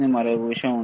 మరొక విషయం ఉంది